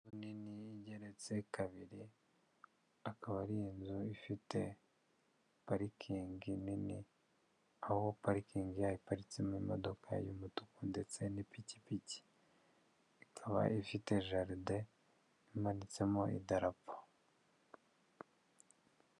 Nini igeretse kabiri akaba ari inzu ifite parikingi nini, aho parikingi yaho iparitsemo imodoka y'umutuku ndetse n'ipikipiki, ikaba ifite jaride imanitsemo idarapo.